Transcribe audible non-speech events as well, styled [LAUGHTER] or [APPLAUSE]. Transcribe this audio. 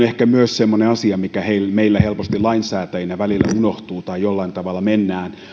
[UNINTELLIGIBLE] ehkä semmoinen asia mikä meiltä helposti lainsäätäjinä välillä unohtuu tai jollain tavalla mennään